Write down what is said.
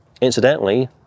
incidentally